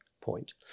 point